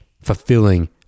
fulfilling